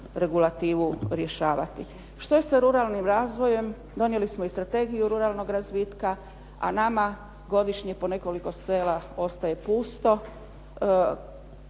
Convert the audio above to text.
regulativu rješavati. Što je sa ruralnim razvojem? Donijeli smo i strategiju ruralnog razvitka, a nama godišnje po nekoliko sela ostaje pusto.